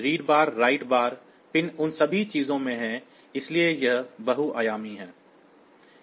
read bar write bar pin उन सभी चीजों में हैं इसलिए यह भी बहुआयामी है